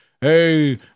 hey